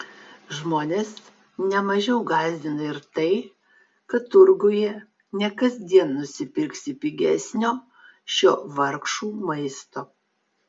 žmones ne mažiau gąsdina ir tai kad turguje ne kasdien nusipirksi pigesnio šio vargšų maisto